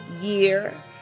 year